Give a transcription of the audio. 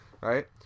Right